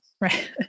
right